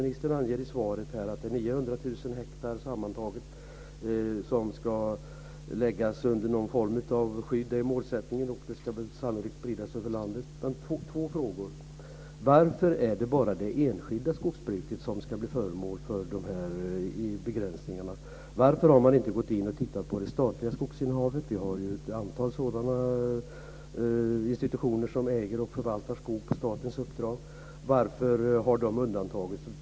Ministern säger i svaret att det sammantaget är 900 000 hektar spridda över landet som ska skyddas. Jag har då några frågor. Varför är det bara det enskilda skogsbruket som ska bli föremål för dessa begränsningar? Varför har man inte gått in och tittat på det statliga skogsinnehavet? Det finns ett antal statliga institutioner som äger och förvaltar skog på statens uppdrag. Varför har de undantagits?